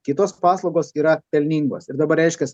kitos paslaugos yra pelningos ir dabar reiškias